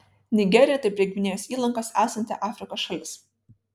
nigerija tai prie gvinėjos įlankos esanti afrikos šalis